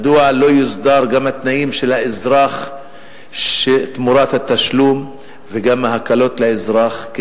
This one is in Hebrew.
מדוע לא יוסדרו גם השירותים וגם ההקלות לאזרח תמורת התשלום,